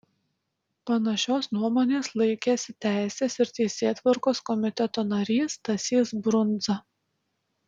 panašios nuomonės laikėsi teisės ir teisėtvarkos komiteto narys stasys brundza